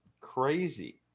crazy